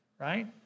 right